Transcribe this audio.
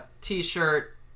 T-shirt